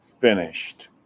finished